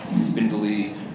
spindly